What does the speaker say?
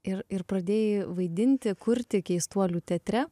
ir ir pradėjai vaidinti kurti keistuolių teatre